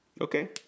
Okay